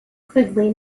quigley